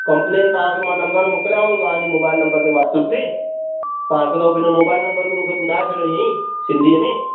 complain तव्हांखे मां number मोकिलियांव थो वॉट्सअप ते तव्हां हिकु दफ़ो पंहिंजो मोबाइल नंबर बि मूंखे ॿुधाइ छॾियो ईअं ई सिंधीअ में